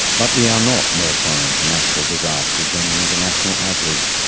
but we are not more prone to natural disasters than the international average.